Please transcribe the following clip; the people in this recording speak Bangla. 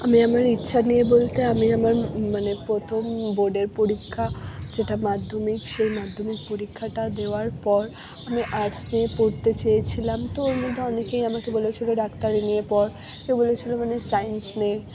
আমি আমার ইচ্ছা নিয়ে বলতে আমি আমার মানে প্রথম বোর্ডের পরীক্ষা যেটা মাধ্যমিক সেই মাধ্যমিক পরীক্ষাটা দেওয়ার পর আমি আর্টস নিয়ে পড়তে চেয়েছিলাম তো এর মধ্যে অনেকেই আমাকে বলেছিলো ডাক্তারি নিয়ে পড় কেউ বলেছিল মানে সায়েন্স নে